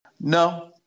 No